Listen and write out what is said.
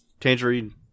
tangerine